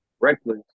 reckless